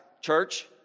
church